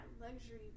luxury